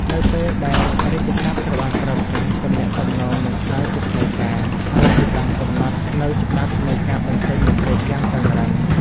នៅពេលដែលរាជសព្ទត្រូវបានប្រើប្រាស់ ទំនាក់ទំនងនឹងក្លាយជាផ្លូវការ ហើយវាបានកំណត់នូវច្បាប់នៃការបញ្ចេញមតិយ៉ាងតឹងរ៉ឹង។